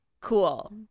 Cool